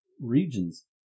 regions